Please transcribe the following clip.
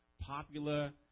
popular